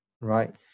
right